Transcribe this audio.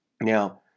Now